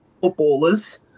footballers